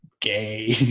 gay